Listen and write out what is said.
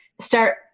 start